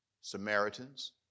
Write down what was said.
Samaritans